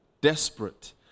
desperate